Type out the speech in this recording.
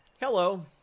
Hello